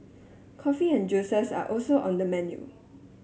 coffee and juices are also on the menu